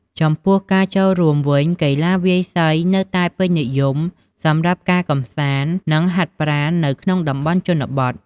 ចំពោះការចូលរួមវិញ កីឡាវាយសីនៅតែពេញនិយមសម្រាប់ការកម្សាន្ត និងហាត់ប្រាណនៅក្នុងតំបន់ជនបទ។